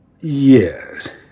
Yes